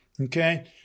okay